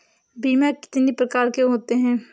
बीमा कितनी प्रकार के होते हैं?